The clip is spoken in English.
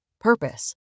purpose